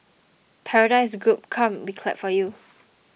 Paradise Group come we clap for you